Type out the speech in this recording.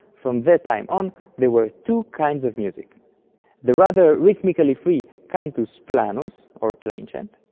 from that time on there were two kinds of music the rather rhythmically free cantus planus, or plainchant,